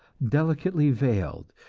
delicately veiled,